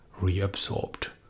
reabsorbed